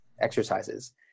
exercises